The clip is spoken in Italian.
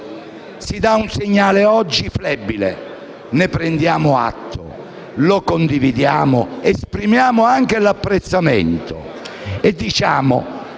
si dà un segnale flebile, ne prendiamo atto. Lo condividiamo, esprimiamo anche apprezzamento e diciamo: